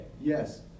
yes